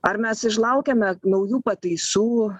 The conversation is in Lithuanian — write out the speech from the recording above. ar mes iž laukiame naujų pataisų